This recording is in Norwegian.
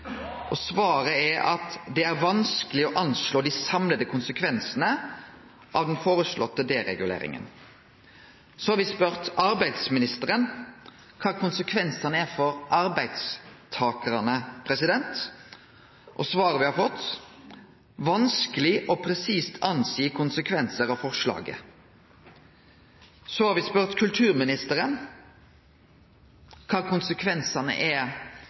og miljø, og svaret er at «det er vanskelig å anslå de samlede konsekvensene av den foreslåtte dereguleringen». Så har me spurt arbeidsministeren om kva konsekvensane er for arbeidstakarane, og svaret me har fått, er at det er vanskeleg presist å anslå konsekvensar av forslaget. Så har me spurt kulturministeren om kva konsekvensane er